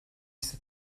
ise